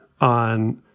on